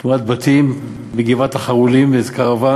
תמורת בתים בגבעת החרולים ואיזה קרוון